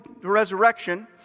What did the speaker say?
resurrection